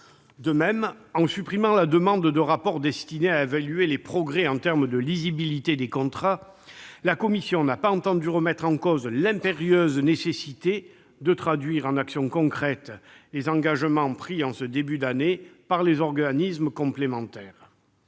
De même, en supprimant la demande de rapport destinée à évaluer les progrès accomplis quant à la lisibilité des contrats, la commission n'a pas entendu remettre en cause l'impérieuse nécessité de traduire en actions concrètes les engagements pris en ce début d'année par les organismes complémentaires.